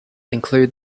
include